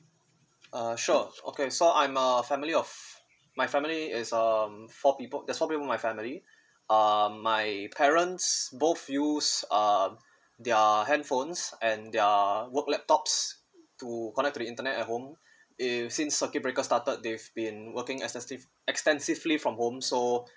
uh sure okay so I'm a family of my family is um four people there's four people in my family um my parents both use uh their handphones and their work laptops to connect to the internet at home eh since circuit breaker started they've been working extensive extensively from home so